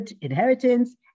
inheritance